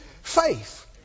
faith